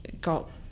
got